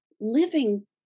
living